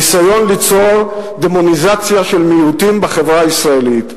הניסיון ליצור דמוניזציה של מיעוטים בחברה הישראלית,